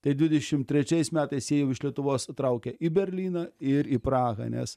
tai dvidešim trečiais metais jie jau iš lietuvos traukia į berlyną ir į prahą nes